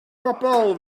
bobl